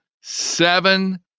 seven